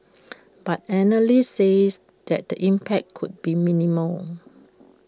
but analysts says that the impact could be minimal